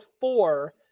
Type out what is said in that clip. four